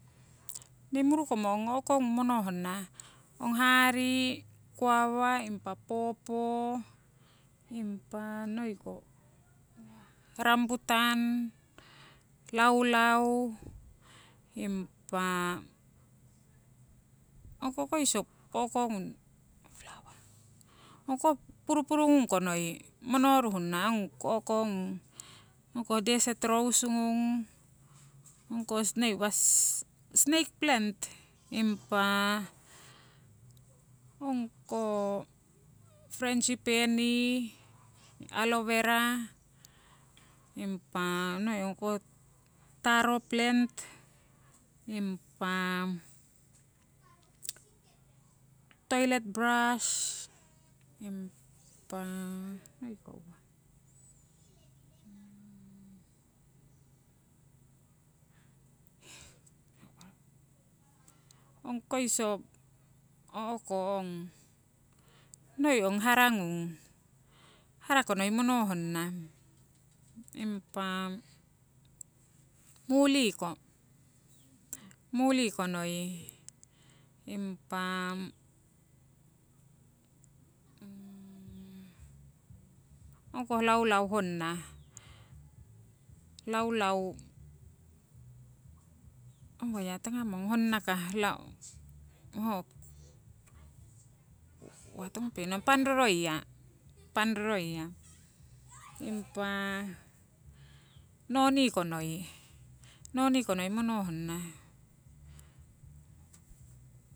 Nii murukomo ong o'kongung mononana ong hari, guava, impa popo impa noiko uwa rambutan, laulau impa ongko koiso purupuru ngung ko noi monoruhnara ong ko ngung desert rose ngung, ong ko noi uwa snake plant, impa ongko frangipani, aloe vera, impa noi ong ko taro plant, impa toilet bras, impa noi ko uwah? ong koiso o'ko ong hara ngung, hara ko noi monohnana, impa muli ko noi, impa ong ko laulau honna. Ong uwa ya tongupe nong? Pang doroi ya, panng doroi ya impa nonie ko noi. Nonie ko noi monohnana.